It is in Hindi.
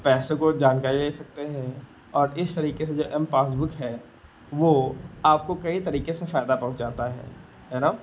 पैसे की जानकारी ले सकते हैं और इस तरीके से जो एम पासबुक है वह आपको कई तरीके से फ़ायदा पहुँचाता है है ना